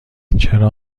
چرا